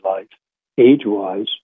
age-wise